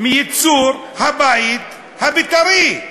מייצור הבית הבית"רי.